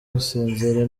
gusinzira